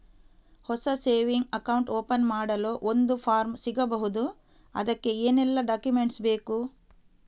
ಹೊಸ saving account open ಮಾಡಲು ಒಂದು ಫಾರ್ಮ್ ಸಿಗಬಹುದು? ಅದಕ್ಕೆ ಏನೆಲ್ಲಾ ಡಾಕ್ಯುಮೆಂಟ್ಸ್ ಬೇಕು?